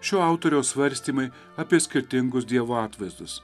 šio autoriaus svarstymai apie skirtingus dievo atvaizdus